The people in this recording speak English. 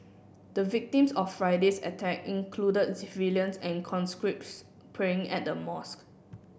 the victims of Friday's attack included civilians and conscripts praying at the mosque